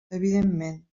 evidentment